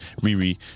Riri